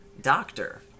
doctor